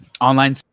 online